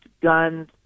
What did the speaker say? guns